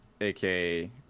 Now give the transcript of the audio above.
aka